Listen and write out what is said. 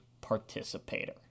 participator